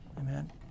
Amen